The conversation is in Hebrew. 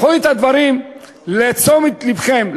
קחו את הדברים לתשומת לבכם.